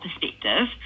perspective